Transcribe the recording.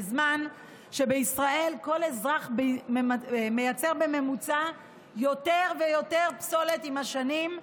בזמן שבישראל כל אזרח מייצר בממוצע יותר ויותר פסולת עם השנים,